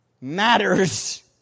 matters